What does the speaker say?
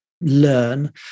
learn